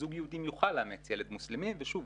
זוג יהודים יוכל לאמץ ילד מוסלמי ושוב,